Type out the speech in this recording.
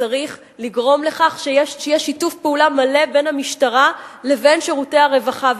וצריך לגרום לכך שיהיה שיתוף פעולה מלא בין המשטרה לבין שירותי הרווחה.